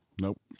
Nope